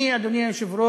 אני, אדוני היושב-ראש,